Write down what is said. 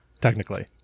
technically